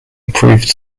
improved